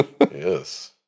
Yes